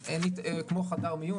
כמו חדר מיון,